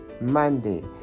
Monday